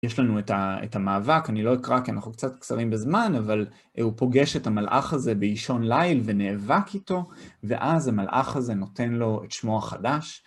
יש לנו את המאבק, אני לא אקרא כי אנחנו קצת קצרים בזמן, אבל הוא פוגש את המלאך הזה באישון ליל ונאבק איתו, ואז המלאך הזה נותן לו את שמו החדש.